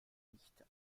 nicht